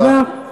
תודה רבה.